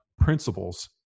principles